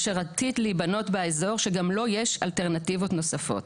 אשר עתיד להיבנות באזור שגם לו יש אלטרנטיבות נוספות.